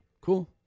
cool